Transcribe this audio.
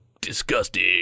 disgusting